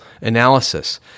analysis